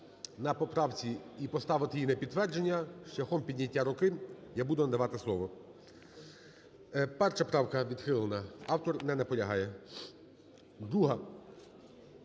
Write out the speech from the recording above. на поправці і поставити її на підтвердження шляхом підняття руки, я буду надавати слово. 1-а правка відхилена. Автор не наполягає. 2-а,